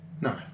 No